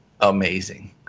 amazing